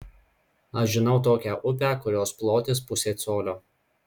aš žinau tokią upę kurios plotis pusė colio